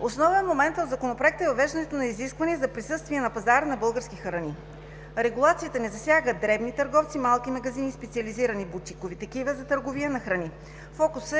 Основен момент в Законопроекта е въвеждането на изискване за присъствие на пазара на български храни. Регулацията не засяга дребни търговци, малки магазини и специализирани бутикови такива за търговия на храни. Фокусът